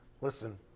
Listen